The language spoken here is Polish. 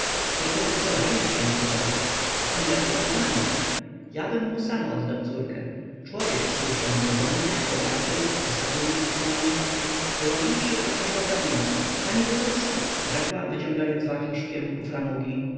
jeszcze zechce ożenić się tutaj tem lepiej dla panien jabym mu sam oddał córkę człowiek słyszę porządny bogaty posagu nie strwoni koło nich szybko przeszła hrabina panie wokulski rzekła wyciągając wachlarz w kierunku